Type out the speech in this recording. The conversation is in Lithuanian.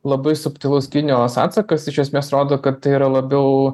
labai subtilus kinijos atsakas iš esmės rodo kad tai yra labiau